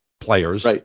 players